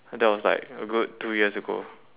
that was like a good two years ago